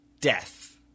death